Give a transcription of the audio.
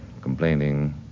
complaining